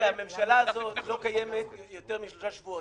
הממשלה הזאת לא קיימת יותר משלושה שבועות.